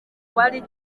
wari